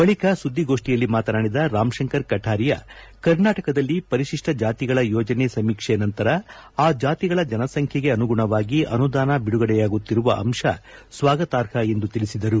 ಬಳಿಕ ಸುದ್ದಿಗೋಷ್ಠಿಯಲ್ಲಿ ಮಾತನಾಡಿದ ರಾಮ್ ಶಂಕರ್ ಕಟಾರಿಯಾ ಕರ್ನಾಟಕದಲ್ಲಿ ಪರಿಶಿಷ್ಟ ಜಾತಿಗಳ ಯೋಜನೆ ಸಮೀಕ್ಷೆ ನಂತರ ಆ ಜಾತಿಗಳ ಜನಸಂಖ್ಯೆಗೆ ಅನುಗುಣವಾಗಿ ಅನುದಾನ ಬಿಡುಗಡೆಯಾಗುತ್ತಿರುವ ಅಂತ ಸ್ವಾಗತಾರ್ಹ ಎಂದು ತಿಳಿಸಿದರು